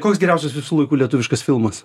koks geriausias visų laikų lietuviškas filmas